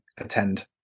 attend